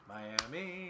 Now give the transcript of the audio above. Miami